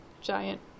giant